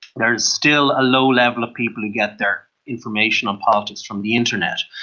there is still a low level of people who get their information on politics from the internet.